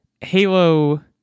halo